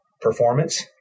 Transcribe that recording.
performance